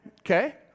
Okay